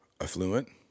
affluent